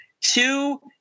Two